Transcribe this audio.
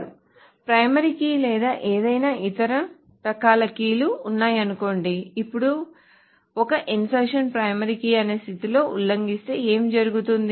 ఒక primary key లేదా ఏదైనా ఇతర రకాల కీలు ఉన్నాయనుకోండి ఇప్పుడు ఒక ఇన్సర్షన్ ప్రైమరీ కీ అనే స్థితిని ఉల్లంఘిస్తే ఏమి జరుగుతుంది